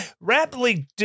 rapidly